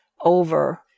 over